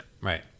Right